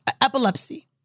Epilepsy